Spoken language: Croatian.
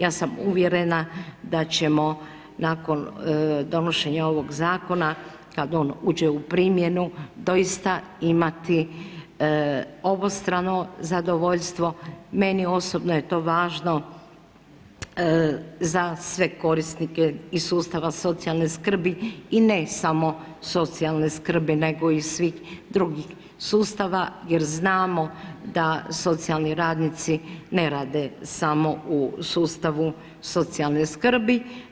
Ja sam uvjerena da ćemo nakon donošenja ovog Zakona, kad on uđe u primjenu, doista imati obostrano zadovoljstvo, meni osobno je to važno za sve korisnike iz sustava socijalne skrbi i ne samo socijalne skrbi, nego i svih drugih sustava jer znamo da socijalni radnici ne rade samo u sustavu socijalne skrbi.